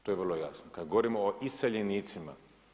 To je vrlo jasno, kad govorimo o iseljenicima.